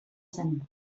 zen